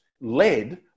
led